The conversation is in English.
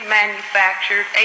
manufactured